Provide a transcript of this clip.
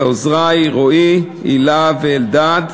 לעוזרי רועי, הילה ואלדד.